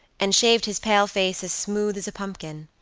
and shaved his pale face as smooth as a pumpkin.